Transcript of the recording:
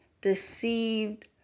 deceived